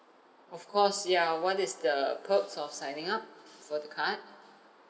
of course yeah what is the perks of signing up for the card